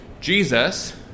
Jesus